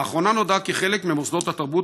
לאחרונה נודע כי חלק ממוסדות התרבות